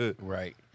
Right